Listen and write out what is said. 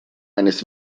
eines